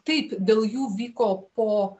taip dėl jų vyko po